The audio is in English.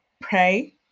pray